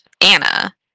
anna